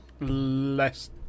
less